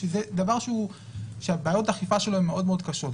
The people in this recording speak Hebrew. שזה דבר שבעיות האכיפה שלו הן מאוד מאוד קשות.